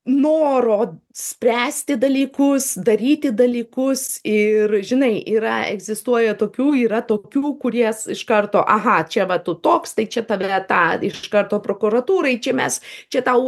noro spręsti dalykus daryti dalykus ir žinai yra egzistuoja tokių yra tokių kurie iš karto aha čia va tu toks tai čia tave tą iš karto prokuratūrai čia mes čia tau